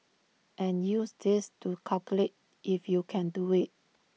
and use this to calculate if you can do IT